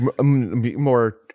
more